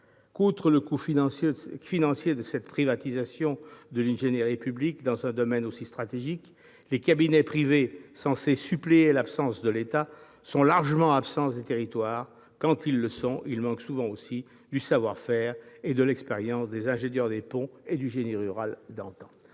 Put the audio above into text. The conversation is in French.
outre le coût financier de cette privatisation de l'ingénierie publique dans un domaine aussi stratégique, les cabinets privés censés suppléer l'absence de l'État sont eux-mêmes largement absents des territoires. Quand ils sont présents, ils manquent souvent du savoir-faire et de l'expérience des ingénieurs des Ponts ou du Génie rural d'antan.